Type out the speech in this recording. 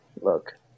Look